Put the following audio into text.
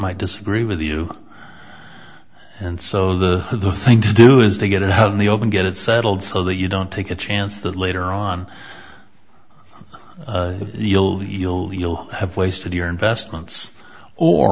might disagree with you and so the the thing to do is to get it out in the open get it settled so that you don't take a chance that later on illegal you'll have wasted your investments or